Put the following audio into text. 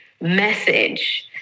message